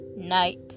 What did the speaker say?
night